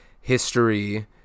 history